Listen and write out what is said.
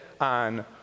on